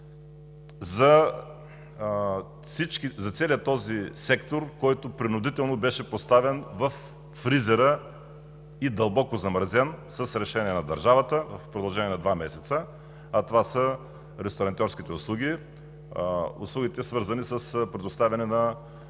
за целия този сектор, който принудително беше поставен във фризера и дълбоко замразен с решение на държавата в продължение на два месеца. Това са ресторантьорските услуги и услугите, свързани с предоставяне на